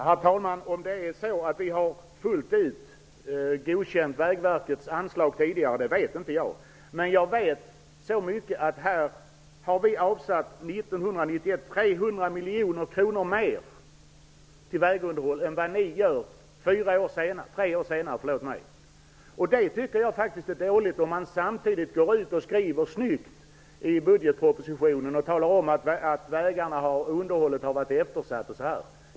Herr talman! Om det är så att vi tidigare fullt ut har godkänt Vägverkets anslag, vet inte jag. Men jag vet så mycket att vi 1991 avsatte 300 miljoner kronor mer till vägunderhåll än vad ni gör tre år senare. Jag tycker att det är dåligt att man samtidigt i budgetpropositionen skriver att underhållet av vägarna har varit eftersatt.